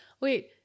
Wait